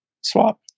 Swap